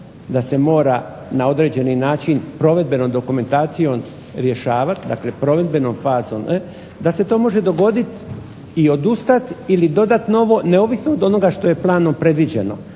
da se mora na određeni način provedbenom dokumentacijom rješavati. Dakle, provedbenom fazom da se to može dogoditi i odustati ili dodati novo neovisno od onoga što je planom predviđeno,